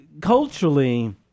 culturally